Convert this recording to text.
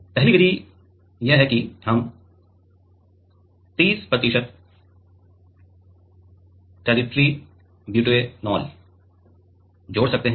पहली विधि यह है कि हम 30 प्रतिशत टेरटिअरी ब्यूटेनॉल जोड़ सकते हैं